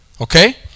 Okay